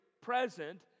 present